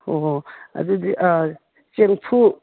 ꯑꯣ ꯑꯗꯨꯗꯤ ꯆꯦꯡꯐꯨ